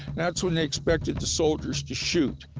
that's when they expected the soldiers to shoot.